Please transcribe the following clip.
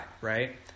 right